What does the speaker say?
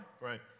right